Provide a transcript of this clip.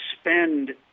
spend